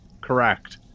Correct